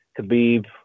Khabib